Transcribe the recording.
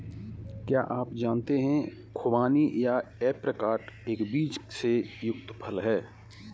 क्या आप जानते है खुबानी या ऐप्रिकॉट एक बीज से युक्त फल है?